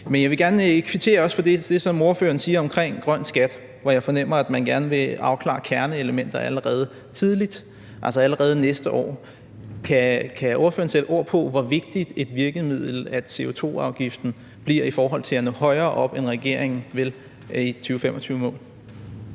Men jeg vil også gerne kvittere for det, ordføreren siger omkring grøn skat, hvor jeg fornemmer at man gerne vil afklare kerneelementer tidligt, altså allerede næste år. Kan ordføreren sætte ord på, hvor vigtigt et virkemiddel CO2-afgiften bliver i forhold til at nå højere op i et 2025-mål,